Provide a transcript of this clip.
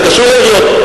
זה קשור לעיריות,